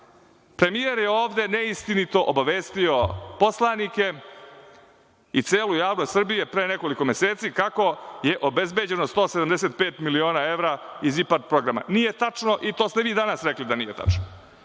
pare. Premijer je ovde neistinito obavestio poslanike i celu javnost Srbije pre nekoliko meseci kako je obezbeđeno 175 miliona evra iz IPARD programa. Nije tačno i to ste vi danas rekli da nije tačno.